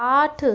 आठ